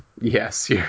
Yes